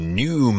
new